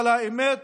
אבל האמת